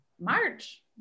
March